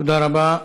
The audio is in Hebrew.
תודה רבה.